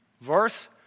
verse